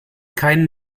keinen